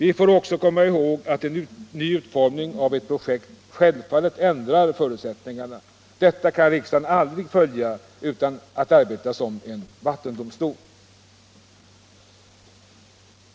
Vi får också komma ihåg att en ny utformning av ett projekt självfallet ändrar förutsättningarna. Detta kan riksdagen aldrig följa utan att arbeta som en vattendomstol.